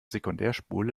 sekundärspule